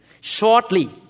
shortly